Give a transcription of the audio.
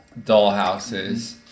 dollhouses